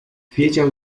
wiedział